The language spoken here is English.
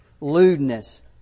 lewdness